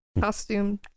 costume